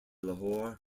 lahore